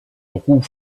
roue